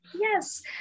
Yes